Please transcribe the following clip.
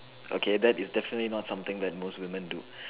okay that is definitely not something that most woman do